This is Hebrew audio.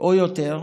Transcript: או יותר,